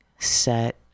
Set